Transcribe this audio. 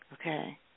okay